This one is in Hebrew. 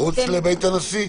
מחוץ לבית הנשיא?